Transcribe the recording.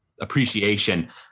appreciation